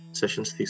sessions